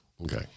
Okay